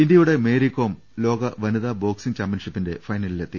ഇന്ത്യയുടെ മേരികോം ലോകവനിതാ ബോക്സിംഗ് ചാമ്പ്യൻഷിപ്പിന്റെ ഫൈനലിലെത്തി